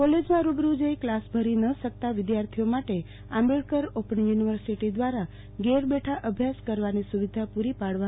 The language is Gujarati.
કોલેજમાં રૂબરૂ જઈ કલાસ ભરી ન શકતા વિધાર્થીઓ માટે આંબેડકર ઓપન યુ નિવર્સીટી દ્રારા ઘેર બેઠા અભ્યાસ કરવાની સુવિધા પુરી પાડવામાં આવે છે